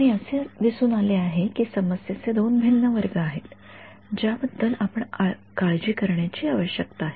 आणि असे दिसून आले आहे की समस्येचे दोन भिन्न वर्ग आहेत ज्याबद्दल आपण काळजी करण्याची आवश्यकता आहे